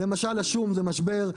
למשל השום זה משבר,